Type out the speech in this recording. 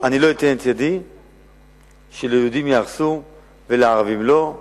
אני לא אתן את ידי שליהודים יהרסו ולערבים לא,